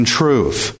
truth